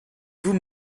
vous